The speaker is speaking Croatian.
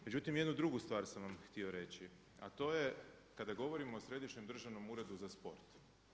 Međutim, jednu drugu stvar sam vam htio reći a to je kada govorimo o Središnjem državnom uredu za sport.